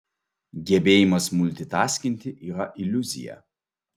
gebėjimas multitaskinti yra iliuzija